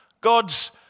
God's